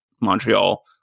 Montreal